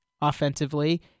offensively